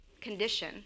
condition